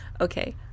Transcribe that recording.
Okay